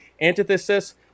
antithesis